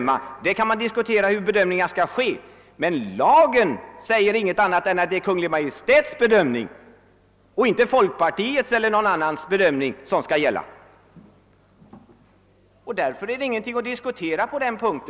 Man kan diskutera hur bedömningarna skall göras, men lagen säger inget annat än att det är Kungl. Maj:ts bedömning — inte folkpartiets eller någon annans — som skall gälla. Det bör inte råda något tvivel på denna punkt.